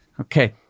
Okay